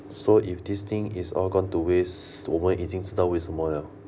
so if this thing is all gone to waste 我们知道是为什么 liao